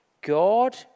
God